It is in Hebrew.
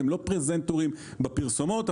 והם לא פרזנטורים בפרסומות,